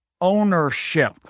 ownership